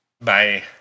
Bye